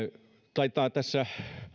taitaa tässä